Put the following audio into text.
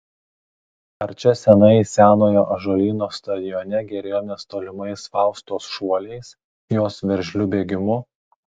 ar čia seniai senojo ąžuolyno stadione gėrėjomės tolimais faustos šuoliais jos veržliu bėgimu